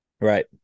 Right